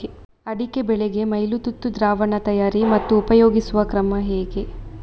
ಅಡಿಕೆ ಬೆಳೆಗೆ ಮೈಲುತುತ್ತು ದ್ರಾವಣ ತಯಾರಿ ಮತ್ತು ಉಪಯೋಗಿಸುವ ಕ್ರಮ ಹೇಗೆ?